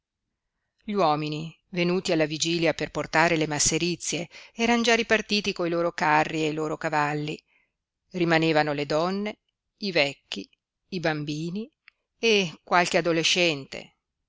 gli uomini venuti alla vigilia per portare le masserizie eran già ripartiti coi loro carri e i loro cavalli rimanevano le donne i vecchi i bambini e qualche adolescente